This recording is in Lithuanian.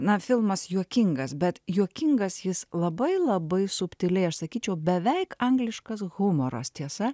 na filmas juokingas bet juokingas jis labai labai subtiliai aš sakyčiau beveik angliškas humoras tiesa